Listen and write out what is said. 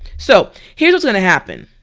so here's what's gonna happen.